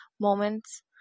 moments